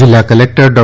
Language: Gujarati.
જિલ્લા કલેકટર ડો